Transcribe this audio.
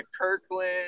Kirkland